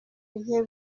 bigiye